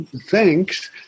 thanks